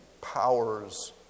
powers